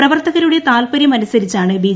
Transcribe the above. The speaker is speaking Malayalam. പ്രവർത്തകരുടെ താൽപര്യമനുസരിച്ചാണ് ബി